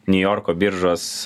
niujorko biržos